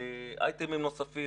אייטמים נוספים.